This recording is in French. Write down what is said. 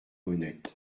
honnête